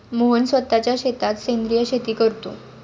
मोहन स्वतःच्या शेतात सेंद्रिय शेती करतो